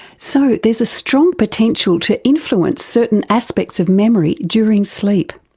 so there's a strong potential to influence certain aspects of memory during sleep.